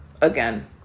again